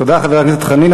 תודה, חבר הכנסת חנין.